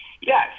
Yes